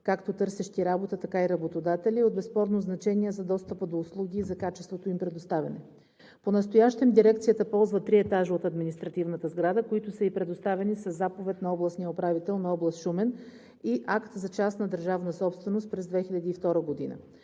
както търсещи работа, така и работодатели, е от безспорно значение за достъпа до услуги и за качественото им предоставяне. Понастоящем дирекцията ползва три етажа от административната сграда, които са ѝ предоставени със заповед на областния управител на област Шумен и акт за частна държавна собственост през 2002 г.